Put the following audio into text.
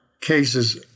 cases